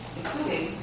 including